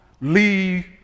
leave